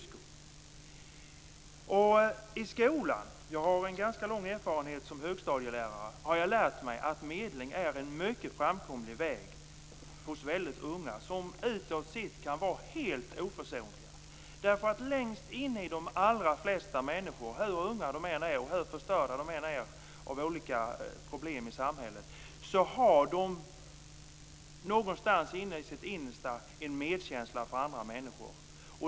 Samma sak sker i skolan. Jag har ganska lång erfarenhet som högstadielärare. Jag har lärt mig att medling är en mycket framkomlig väg hos väldigt unga som utåt sett kan vara helt oförsonliga. Längst inne har de allra flesta människor - hur unga de än är, och hur förstörda de än är av olika problem i samhället - någonstans i sitt innersta en medkänsla för andra människor.